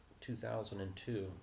2002